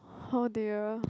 oh dear